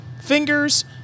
Fingers